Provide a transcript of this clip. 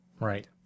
right